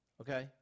okay